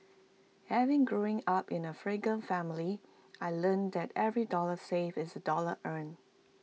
having growing up in A frugal family I learnt that every dollar saved is A dollar earned